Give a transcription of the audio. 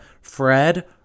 Fred